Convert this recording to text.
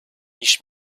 ich